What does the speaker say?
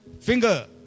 finger